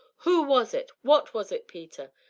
who was it what was it, peter?